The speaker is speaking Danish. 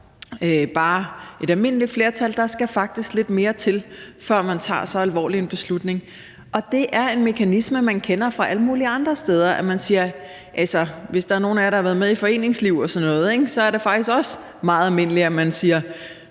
er et almindeligt flertal – der skal faktisk lidt mere til, før man tager så alvorlig en beslutning. Det er en mekanisme, man kender fra alle mulige andre steder. Hvis der er nogen af jer, der har været med i foreningsliv og sådan noget, ved I, at det faktisk også er meget almindeligt, at man siger,